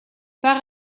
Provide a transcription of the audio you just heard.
par